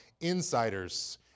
insiders